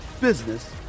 business